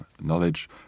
knowledge